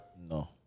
No